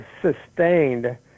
sustained